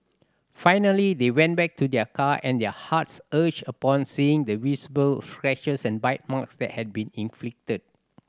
finally they went back to their car and their hearts ached upon seeing the visible scratches and bite marks that had been inflicted